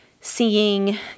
seeing